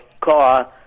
car